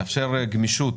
לאפשר גמישות